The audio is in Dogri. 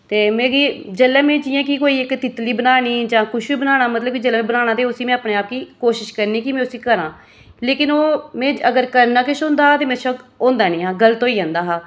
ते मिगी जेल्लै मि कोई इक तितली बनानी जां किश बनाना मतलब जेल्लै बनाना ते ओह् उसी में अपने आप गी कोशिश करनी कि में उस्सी करां लेकिन ओह् में अगर करना किश होंदा मेरे शा होंदा निं ऐ हा में गल्त होई जंदा हा